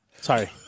Sorry